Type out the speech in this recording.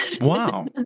Wow